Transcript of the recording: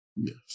Yes